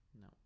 No